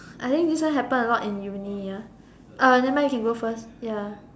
I think this one happen a lot in uni ah uh nevermind you can go first ya